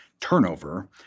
turnover